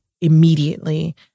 immediately